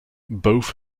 both